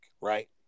right